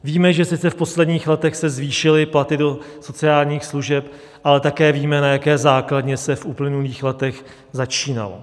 Víme, že sice v posledních letech se zvýšily platy do sociálních služeb, ale také víme, na jaké základně se v uplynulých letech začínalo.